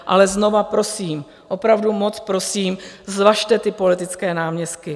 Ale znovu prosím, opravdu moc prosím, zvažte ty politické náměstky.